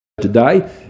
Today